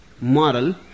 Moral